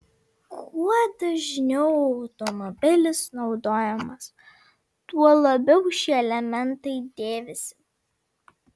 kuo dažniau automobilis naudojamas tuo labiau šie elementai dėvisi